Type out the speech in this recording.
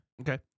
Okay